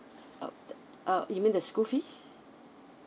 uh uh you mean the school fees